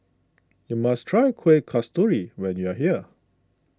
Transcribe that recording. you must try Kueh Kasturi when you are here